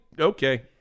okay